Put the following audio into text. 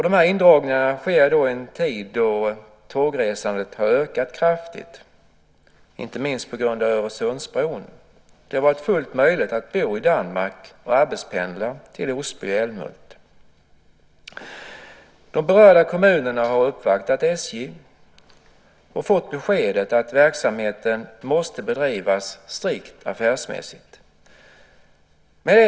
De här indragningarna sker i en tid då tågresandet har ökat kraftigt, inte minst på grund av Öresundsbron. Det har varit fullt möjligt att bo i Danmark och arbetspendla till Osby och Älmhult. De berörda kommunerna har uppvaktat SJ och fått beskedet att verksamheten måste bedrivas strikt affärsmässigt.